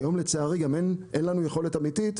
כי היום לצערי גם אין לנו יכולת אמיתית,